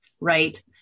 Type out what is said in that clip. Right